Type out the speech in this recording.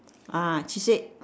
ah she said